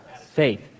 Faith